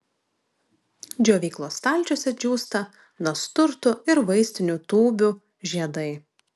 džiovyklos stalčiuose džiūsta nasturtų ir vaistinių tūbių žiedai